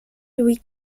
liu